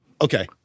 Okay